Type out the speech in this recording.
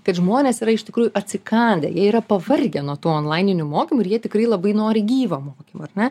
kad žmonės yra iš tikrųjų atsikandę jie yra pavargę nuo tų onlaininių mokymų ir jie tikrai labai nori gyvo mokymo ar ne